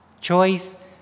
choice